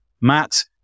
matt